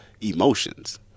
emotions